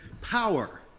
Power